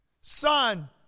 Son